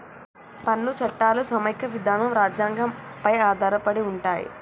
పన్ను చట్టాలు సమైక్య విధానం రాజ్యాంగం పై ఆధారపడి ఉంటయ్